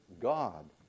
God